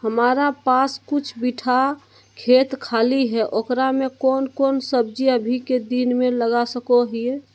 हमारा पास कुछ बिठा खेत खाली है ओकरा में कौन कौन सब्जी अभी के दिन में लगा सको हियय?